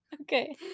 okay